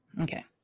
Okay